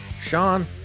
Sean